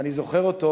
ואני זוכר אותו,